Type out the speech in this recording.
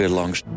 langs